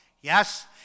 Yes